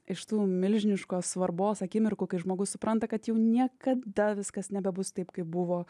iš tų milžiniškos svarbos akimirkų kai žmogus supranta kad jau niekada viskas nebebus taip kaip buvo